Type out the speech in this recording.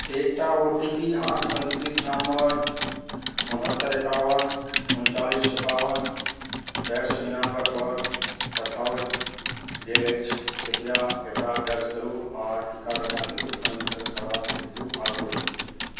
एकटा O T P अहाँकेँ पञ्जीकृत नम्बर उनहत्तरि एकाओन उनचालिस सताबन चारि सए निनानबे पर पठाओल गेल अछि कृपया एकरा दर्ज करू आ टीकाकरणके हेतु पञ्जीकरण करबाके हेतु आगू बढ़ू